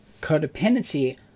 codependency